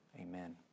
amen